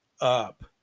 up